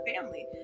family